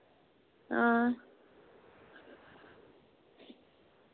हां